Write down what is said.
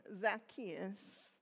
Zacchaeus